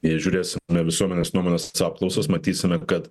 žiūėsim visuomenės nuomonės apklausas matysime kad